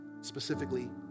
specifically